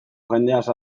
jendeaz